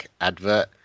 advert